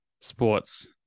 sports